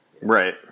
Right